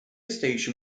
station